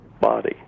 body